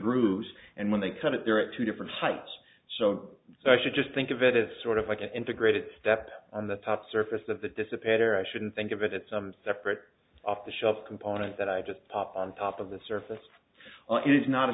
grooves and when they cut it they're at two different heights so i should just think of it as sort of like an integrated step on the top surface of the dissipate or i shouldn't think of it it's separate off the shelf components that i just pop on top of the surface is not a